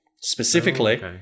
specifically